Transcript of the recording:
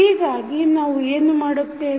ಹೀಗಾಗಿ ನಾವು ಏನು ಮಾಡುತ್ತೇವೆ